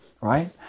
right